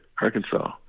arkansas